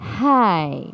hi